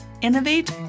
innovate